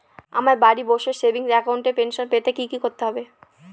আমায় বাড়ি বসে সেভিংস অ্যাকাউন্টে পেনশন পেতে কি কি করতে হবে?